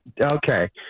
okay